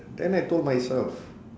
then I told myself